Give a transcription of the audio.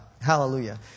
Hallelujah